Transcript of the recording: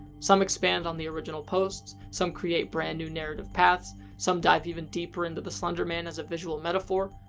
some expand on the original posts, some create brand new narrative paths, some dive even deeper into the slender man as a visual metaphor.